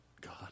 God